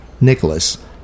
Nicholas